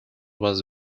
was